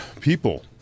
people